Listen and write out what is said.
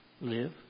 live